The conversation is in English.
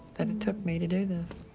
that it took me to do this.